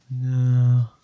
No